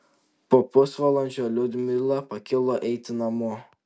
po pusvalandžio liudmila pakilo eiti namo